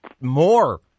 more